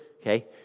okay